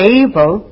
able